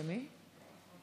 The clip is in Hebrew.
תודה רבה.